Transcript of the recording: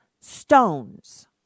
stones